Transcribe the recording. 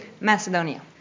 Macedonia